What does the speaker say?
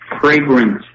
Fragrance